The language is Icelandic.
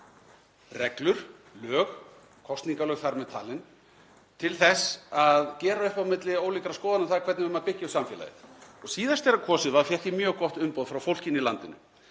reglur, lög, kosningalög þar með talin, til þess að gera upp á milli ólíkra skoðana um það hvernig við byggjum samfélagið. Síðast þegar kosið var fékk ég mjög gott umboð frá fólkinu í landinu.